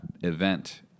event